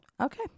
Okay